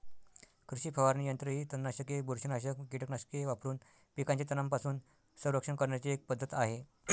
कृषी फवारणी यंत्र ही तणनाशके, बुरशीनाशक कीटकनाशके वापरून पिकांचे तणांपासून संरक्षण करण्याची एक पद्धत आहे